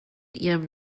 ihrem